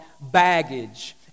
Baggage